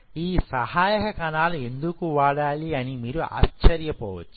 ఈ సహాయక కణాలను ఎందుకు వాడాలి అని మీరు ఆశ్చర్యపోవచ్చు